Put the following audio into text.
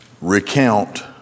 recount